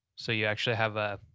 so you actually have a